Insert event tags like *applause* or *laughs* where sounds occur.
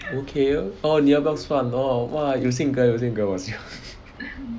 okay orh 你要不要算 orh !wah! 有性格有性格我喜欢 *laughs*